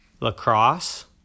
lacrosse